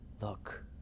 look